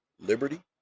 Liberty